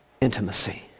intimacy